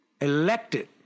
elected